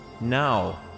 now